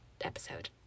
episode